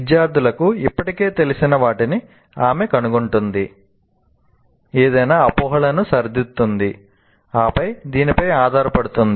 విద్యార్థులకు ఇప్పటికే తెలిసిన వాటిని ఆమె కనుగొంటుంది ఏదైనా అపోహలను సరిదిద్దుతుంది ఆపై దీనిపై ఆధారపడుతుంది